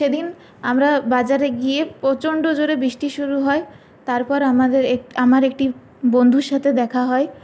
সেদিন আমরা বাজারে গিয়ে প্রচন্ড জোরে বৃষ্টি শুরু হয় তারপর আমাদের আমার একটি বন্ধুর সাথে দেখা হয়